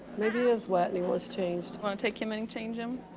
maybe he has wet and he wants changed. want to take him in and change him?